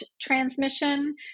transmission